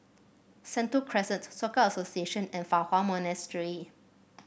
Sentul Crescent Soka Association and Fa Hua Monastery